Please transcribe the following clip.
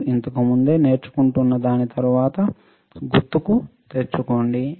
మీరు ఇంతకు ముందు నేర్చుకుంటున్న దాన్ని త్వరగా గుర్తుకు తెచ్చుకోండి